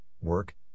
work